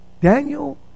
Daniel